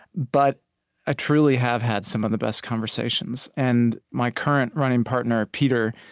but i truly have had some of the best conversations. and my current running partner, peter,